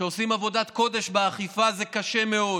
שעושים עבודת קודש באכיפה, זה קשה מאוד.